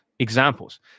examples